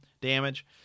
damage